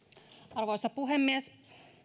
arvoisa puhemies